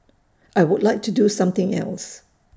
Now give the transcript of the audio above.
I would like to do something else